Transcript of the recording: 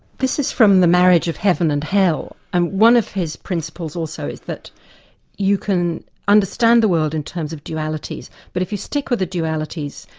this is from the marriage of heaven and hell. one of his principles also is that you can understand the world in terms of dualities, but if you stick with the dualities,